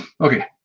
Okay